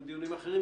גם מדיונים אחרים,